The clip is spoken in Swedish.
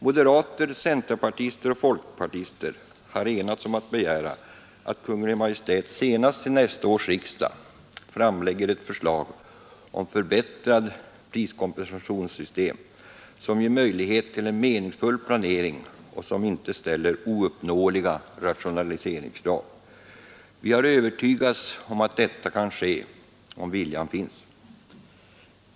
Moderater, centerpartister och folkpartister har enats om att begära att Kungl. Maj:t senast till nästa års riksdag framlägger ett förslag om förbättrat priskompensationssystem, som ger möjlighet till en meningsfull planering och som inte ställer ouppnåeliga rationaliseringskrav. Vi har övertygats om att detta kan ske om viljan finns.